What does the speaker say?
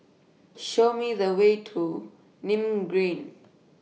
Show Me The Way to Nim Green